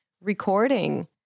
recording